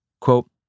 Quote